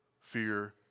fear